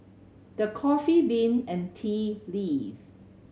The Coffee Bean and Tea Leaf